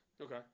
Okay